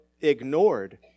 ignored